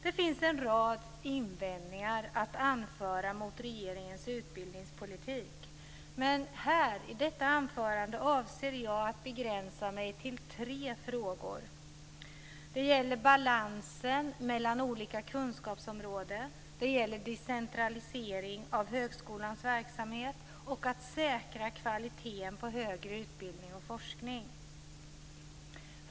Det finns en rad invändningar att anföra mot regeringens utbildningspolitik, men i detta anförande avser jag att begränsa mig till tre frågor. Det är balansen mellan olika kunskapsområden, decentralisering av högskolans verksamhet och frågan om att säkra kvaliteten på högre utbildning och forskning.